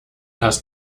hast